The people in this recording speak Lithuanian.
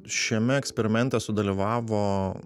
šiame eksperimente sudalyvavo